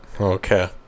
Okay